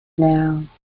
Now